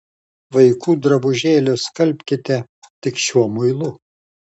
vaikų drabužėlius skalbkite tik šiuo muilu